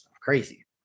crazy